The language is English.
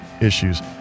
issues